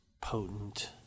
potent